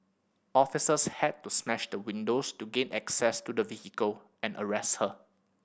officers had to smash the windows to gain access to the vehicle and arrest her